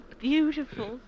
beautiful